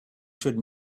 should